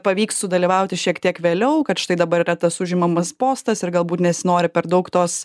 pavyks sudalyvauti šiek tiek vėliau kad štai dabar yra tas užimamas postas ir galbūt nesinori per daug tos